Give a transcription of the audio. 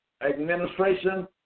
administration